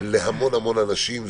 להמון אנשים.